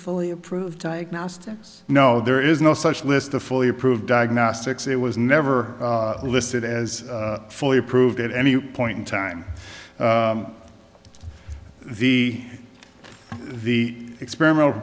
fully approved diagnostics no there is no such list of fully approved diagnostics it was never listed as fully approved at any point in time the the experiment